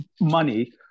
money